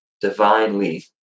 divinely